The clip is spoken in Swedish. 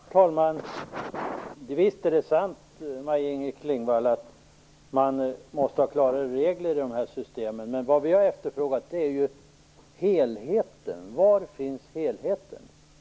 Herr talman! Visst är det sant att det måste finnas klara regler i de här systemen. Men vad vi har efterfrågat är ju helheten: Var finns helheten?